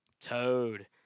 Toad